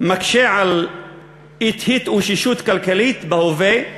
מקשה על התאוששות כלכלית בהווה,